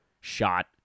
shot